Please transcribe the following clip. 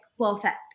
perfect